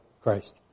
Christ